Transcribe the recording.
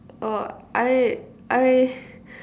oh I I